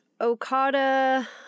Okada